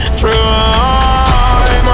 try